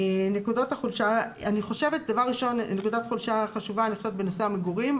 נקודת חולשה חשובה אני חושבת בנושא המגורים.